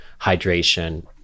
hydration